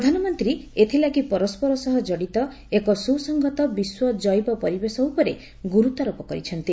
ପ୍ରଧାନମନ୍ତ୍ରୀ ଏଥିଲାଗି ପରସ୍କର ସହ କଡିତ ଏକ ସୁସଂହତ ବିଶ୍ୱ କୈବ ପରିବେଶ ଉପରେ ଗୁରୁତ୍ୱାରୋପ କରିଛନ୍ତି